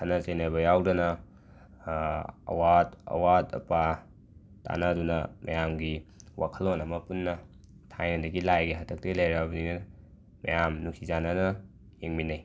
ꯈꯠꯅ ꯆꯩꯅꯕ ꯌꯥꯎꯗꯅ ꯑꯋꯥꯠ ꯑꯋꯥꯠ ꯑꯄꯥ ꯇꯥꯅꯗꯨꯅ ꯃꯌꯥꯝꯒꯤ ꯋꯥꯈꯜꯂꯣꯟ ꯑꯃ ꯄꯨꯟꯅ ꯊꯥꯏꯅꯗꯒꯤ ꯂꯥꯏꯒꯤ ꯍꯥꯛꯇꯛꯇꯒꯤ ꯂꯩꯔꯛꯂꯕꯅꯤꯅ ꯃꯌꯥꯝ ꯅꯨꯡꯁꯤ ꯆꯥꯟꯅꯅ ꯍꯤꯡꯃꯤꯟꯅꯩ